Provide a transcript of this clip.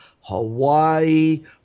Hawaii